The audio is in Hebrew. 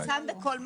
זה מפורסם בכל מקום.